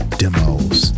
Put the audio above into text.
demos